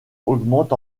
augmente